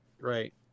Right